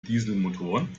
dieselmotoren